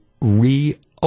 reopen